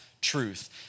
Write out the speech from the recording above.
truth